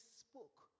spoke